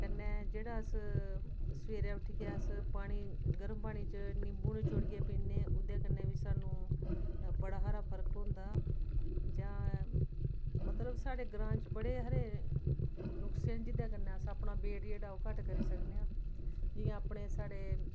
कन्नै जेह्ड़ा अस सबेरे अस उट्ठियै पानी गरम च निम्बू नचोड़ियै पीन्ने ओह्दे कन्नै बी सानूं बड़ा हारा फर्क होंदा जां मतलब साढ़े ग्रांऽ च बड़े हारे नुकसे न जेह्दे कन्नै अस अपना बेट जेह्ड़ा ओह् घट्ट करी सकने आं जि'यां अपने साढ़े